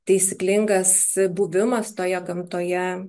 taisyklingas buvimas toje gamtoje